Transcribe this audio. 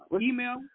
email